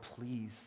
please